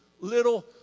little